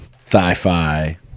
sci-fi